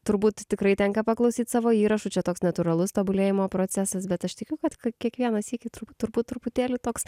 turbūt tikrai tenka paklausyt savo įrašų čia toks natūralus tobulėjimo procesas bet aš tikiu kad kiekvieną sykį tru turbūt truputėlį toks